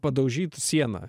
padaužyt sieną